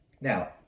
Now